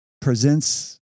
presents